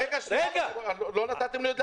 לא נתתם לי לדבר.